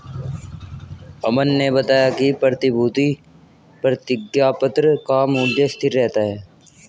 अमन ने बताया कि प्रतिभूति प्रतिज्ञापत्र का मूल्य स्थिर रहता है